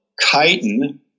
chitin